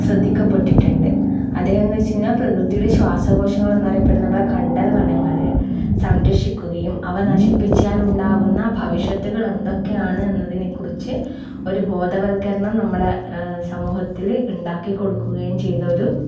ശ്രദ്ധിക്കപ്പെട്ടിട്ടുണ്ട് അദ്ദേഹം എന്നു വെച്ചു കഴിഞ്ഞാൽ പ്രകൃതിയുടെ ശ്വാസകോശങ്ങൾ എന്നറിയപ്പെടുന്ന നമ്മുടെ കണ്ടൽ വനങ്ങളെ സംരക്ഷിക്കുകയും അവ നശിപ്പിച്ചാൽ ഉണ്ടാകുന്ന ഭവിഷ്യത്തുകൾ എന്തൊക്കെയാണ് എന്ന് എന്നതിനെക്കുറിച്ച് ഒരു ബോധവത്ക്കരണം നമ്മളുടെ സമൂഹത്തിൽ ഉണ്ടാക്കി കൊടുക്കുകയും ചെയ്ത ഒരു